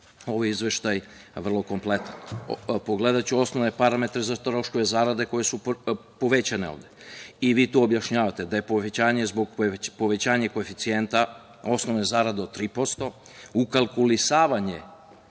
ovaj izveštaj vrlo kompletan. Pogledaću osnovne parametre za troškove zarade, koji su povećani ovde. Vi tu objašnjavate da je povećanje zbog povećanja koeficijenta osnovne zarade od 3% ukalkulisavanje